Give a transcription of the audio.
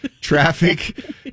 traffic